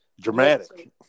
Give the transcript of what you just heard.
Dramatic